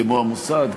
כמו המוסד,